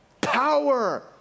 power